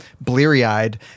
bleary-eyed